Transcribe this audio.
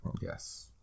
yes